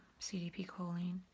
CDP-choline